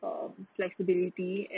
um flexibility and